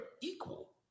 equal